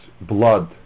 blood